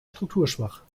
strukturschwach